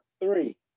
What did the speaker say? Three